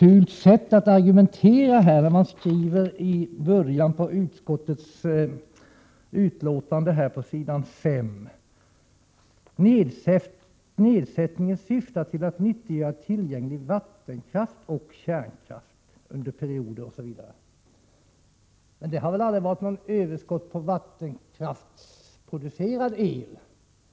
Utskottet argumenterar enligt min mening på ett fult sätt när man skriver så här på s. 5 i betänkandet: ”Nedsättningen syftar till att nyttiggöra tillgänglig vattenkraft och kärnkraft under perioder” osv. Det har väl aldrig varit något överskott på vattenkraftsproducerad el?